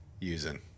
using